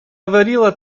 говорила